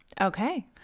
Okay